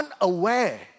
unaware